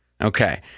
Okay